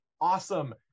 awesome